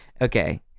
Okay